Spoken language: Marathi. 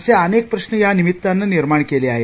असे अनेक प्रश्न यानिमित्तानं निर्माण केले आहेत